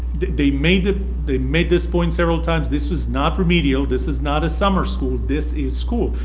they made, ah they made this point several times this is not remedial. this is not a summer school. this is school.